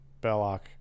Belloc